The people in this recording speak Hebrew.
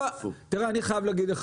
אני חייב להגיד לך,